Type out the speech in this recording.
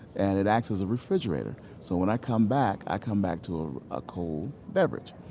and it acts as a refrigerator. so when i come back, i come back to a cold beverage.